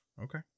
Okay